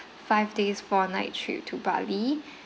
five days four night trip to bali